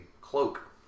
cloak